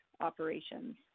operations